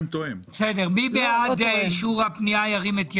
מי בעד אישור הפנייה ירים את ידו.